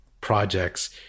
projects